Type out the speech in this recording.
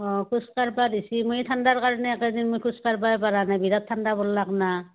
অঁ খোজকাঢ়িব দিছে মই ঠাণ্ডাৰ কাৰণে এইকেইদিন মই খোজকাঢ়িবই পৰা নাই বিৰাট ঠাণ্ডা পৰলাক না